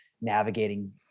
navigating